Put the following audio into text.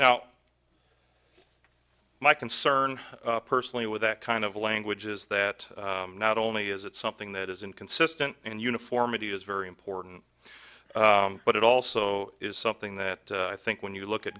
now my concern personally with that kind of language is that not only is it something that is inconsistent and uniformity is very important but it also is something that i think when you look at